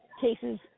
cases